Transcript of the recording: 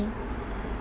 mm hmm